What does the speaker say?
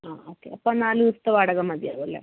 ആ ഓക്കെ അപ്പം നാല് ദിവസത്തെ വാടക മതിയാവും അല്ലേ